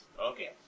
Okay